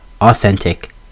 authentic